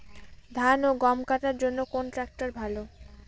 ধান ও গম কাটার জন্য কোন ট্র্যাক্টর ভালো?